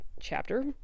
chapter